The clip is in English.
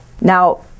Now